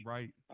Right